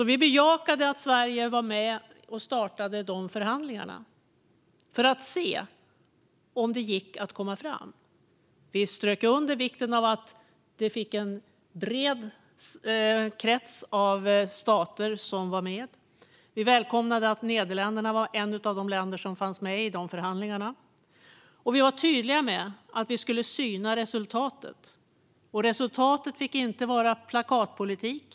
Vi bejakade att Sverige var med och startade dessa förhandlingar för att se om det gick att komma fram. Vi strök under vikten av att en bred krets av stater var med. Vi välkomnade att Nederländerna var ett av de länder som fanns med i förhandlingarna. Vi var tydliga med att vi skulle syna resultatet, och resultatet fick inte vara plakatpolitik.